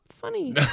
funny